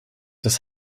das